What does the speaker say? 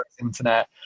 internet